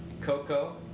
coco